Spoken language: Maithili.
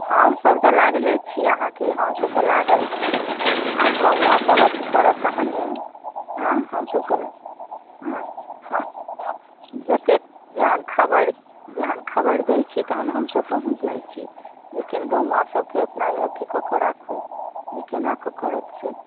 हमसब तऽ लागले छी अहाँके हमसब तऽ लागल छी आब गौंवाँ सब अथी करत तहन ने हँ हमसब तऽ हमसब जतेक जहन जहन खबरि दै छी तहन हमसब पहुँच जाइ छी जखन गौंवाँ सबके अपना अथी कऽके राखू जे केनाके करत से